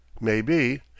Maybe